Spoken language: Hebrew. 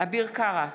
אביר קארה,